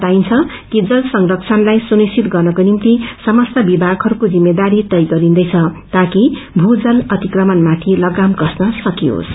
बताइन्छ कि जल संरस्णलाई सुनिश्चित गर्नको निम्ति समस्त विभागहरूको जिम्मेदारी तय गरिन्दैछ ताकि भू जल अतिक्रमण माथि लगाम कस्न सकियोस